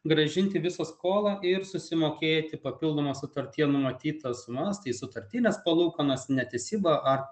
grąžinti visą skolą ir susimokėti papildomas sutartyje numatytas sumas tai sutartines palūkanas netesybą ar